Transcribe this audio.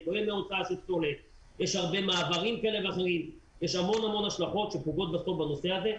יש המון השלכות שבסוף פוגעות בנושא הזה.